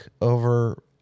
over